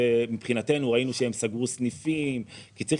שמבחינתנו ראינו שהם סגרו סניפים כי צריך